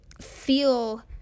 feel